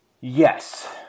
Yes